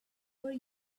were